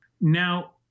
Now